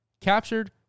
captured